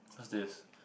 what's this